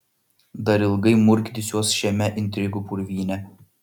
dar ilgai murkdysiuos šiame intrigų purvyne